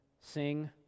Sing